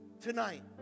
tonight